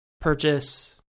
purchase